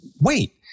Wait